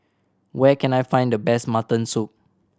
where can I find the best mutton soup